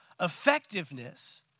effectiveness